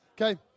okay